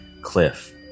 Cliff